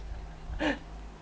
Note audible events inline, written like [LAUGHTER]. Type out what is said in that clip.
[LAUGHS]